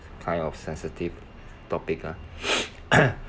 kind of sensitive topic ah